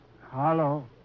Hello